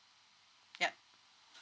yup